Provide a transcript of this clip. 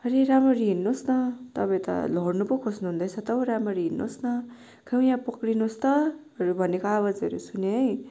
अलि राम्ररी हिँड्नुस् न तपाईँ त लड्नु पो खोज्नुहुँदै छ त हो राम्ररी हिँड्नुस् न खोइ यहाँ पक्रिनुहोस् त हरू भनेको आवाजहरू सुनेँ है